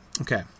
Okay